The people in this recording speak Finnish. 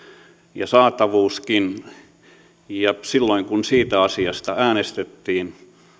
ja saatavuuskin silloin kun täällä siitä asiasta äänestettiin